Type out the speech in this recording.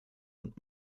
und